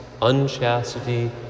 Unchastity